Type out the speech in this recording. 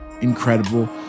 Incredible